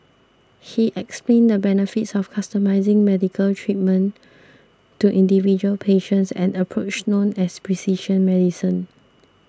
he explained the benefits of customising medical treatment to individual patients an approach known as precision medicine